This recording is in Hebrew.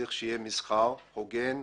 צריך שיהיה מסחר הוגן,